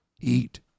eat